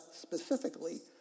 specifically